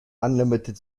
unlimited